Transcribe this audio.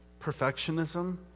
perfectionism